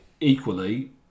equally